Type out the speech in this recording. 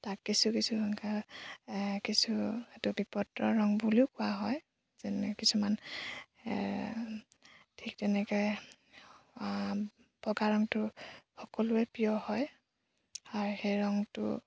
তাক কিছু কিছু সংখ্যা কিছু এইটো বিপদৰ ৰং বুলিও কোৱা হয় যেনে কিছুমান ঠিক তেনেকৈ বগা ৰংটো সকলোৰে প্ৰিয় হয় আৰু সেই ৰংটো